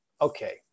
okay